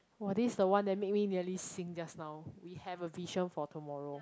!wah! this is the one that made me nearly sing just now we have a vision for tomorrow